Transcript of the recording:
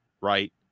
right